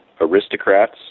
aristocrats